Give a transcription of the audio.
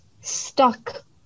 stuck